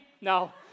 No